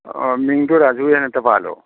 ꯃꯤꯡꯗꯨ ꯔꯥꯖꯨꯅ ꯍꯦꯛꯇ ꯄꯥꯜꯂꯣ